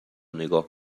نگاه